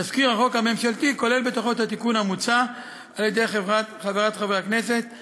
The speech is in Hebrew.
תזכיר החוק הממשלתי כולל בתוכו את התיקון המוצע על-ידי חברת הכנסת.